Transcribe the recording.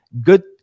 good